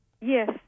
Yes